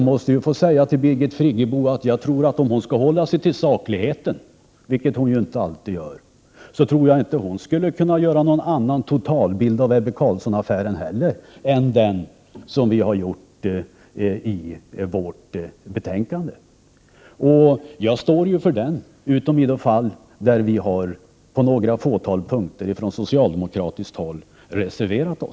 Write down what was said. Om Birgit Friggebo höll sig till saken, vilket hon inte alltid gör, så skulle nog inte heller hon kunna ge någon annan totalbild av Ebbe Carlsson-affären än den som vi har redovisat i vårt betänkande. Jag står för den bilden utom i de fall där vi på några få punkter har reserverat oss från socialdemokratiskt håll.